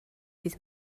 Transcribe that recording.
dydd